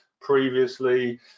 previously